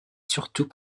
surtout